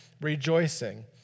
rejoicing